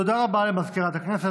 תודה רבה למזכירת הכנסת.